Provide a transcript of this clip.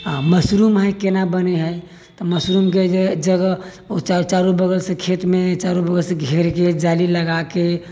हाँ मशरूम है केना बनै है तऽ मशरूम के जे जगह ओ चारू बगल से खेत मे बस घेर के जाली लगाके